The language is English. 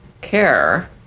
care